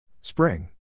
Spring